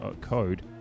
code